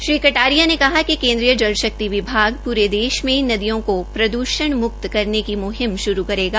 श्री कटारिया ने कहा कि केन्द्रीय जल शक्ति विभाग प्ररे देश में नादयों को प्रद्रषणमुक्त करने की मुहिम शुरू करेगा